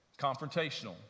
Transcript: confrontational